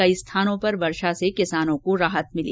अनेक स्थानों पर वर्षा से किसानों को राहत मिली